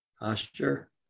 posture